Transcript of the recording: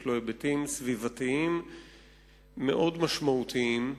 יש לו היבטים סביבתיים מאוד משמעותיים.